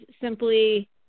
simply